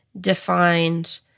defined –